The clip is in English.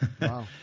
Wow